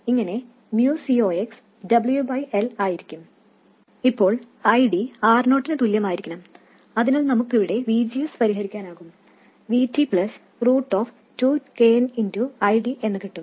ഇങ്ങനെ μ CoxwL ആയിരിക്കും ഇപ്പോൾ ID I0 നു തുല്യമായിരിക്കണം അതിനാൽ നമുക്കിവിടെ VGS പരിഹരിക്കാനാകും Vt2kn ID എന്നു കിട്ടും